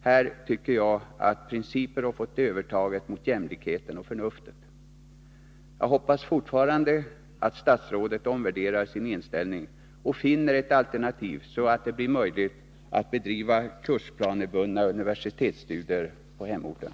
Här har principer fått övertaget över jämlikheten och förnuftet. Jag hoppas fortfarande att statsrådet skall omvärdera sin inställning och finna ett alternativ, så att det blir möjligt för människor att bedriva kursplanebundna universitetsstudier på hemorten.